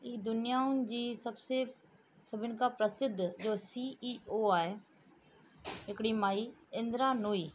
हीअ दुनियाउनि जी सभ से सभिनि खां प्रसिद्ध जो सी ई ओ आहे हिकिड़ी माई इंदरा नूई